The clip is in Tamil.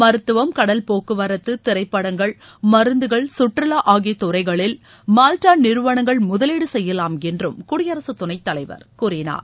மருத்துவம் கடல் போக்குவரத்து திரைப்படங்கள் மருந்துகள் சுற்றுலா ஆகிய துறைகளில் மால்டா நிறுவனங்கள் முதலீடு செய்யலாம் என்றும் குடியரசுத் துணைத் தலைவர் கூறினார்